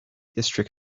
district